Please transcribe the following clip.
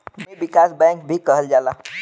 भूमि विकास बैंक भी कहल जाला